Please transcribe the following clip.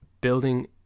building